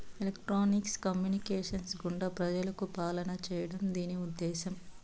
electronics communications గుండా ప్రజలకు పాలన చేయడం దీని ఉద్దేశం